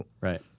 right